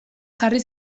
jarri